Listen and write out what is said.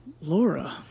Laura